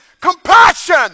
compassion